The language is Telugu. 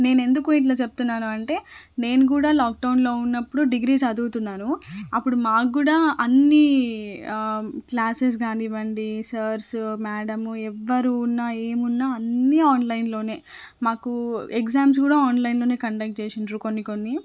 నేనెందుకు ఇట్లా చెప్తున్నాను అంటే నేను కూడా లాక్డౌన్లో ఉన్నప్పుడు డిగ్రీ చదువుతున్నాను అప్పుడు మాకు కూడా అన్ని క్లాసెస్ కానీవ్వండి సార్స్ మ్యాడమ్ ఎవ్వరు ఉన్న ఏమున్న అన్ని ఆన్లైన్లోనే మాకు ఎగ్జామ్స్ కూడా ఆన్లైన్లోనే కండక్ట్ చేశారు కొన్ని కొన్ని